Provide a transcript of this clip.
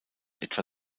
etwa